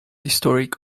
historic